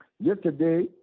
Yesterday